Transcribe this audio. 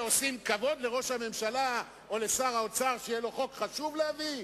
עושים כבוד לראש הממשלה או לשר האוצר כדי שיהיה לו חוק חשוב להביא?